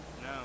No